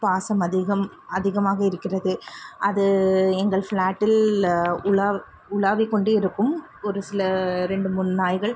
பாசம் அதிகம் அதிகமாக இருக்கிறது அது எங்கள் ஃப்ளாட்டில்ல உலா உலாவிக் கொண்டே இருக்கும் ஒரு சில ரெண்டு மூணு நாய்கள்